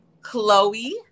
Chloe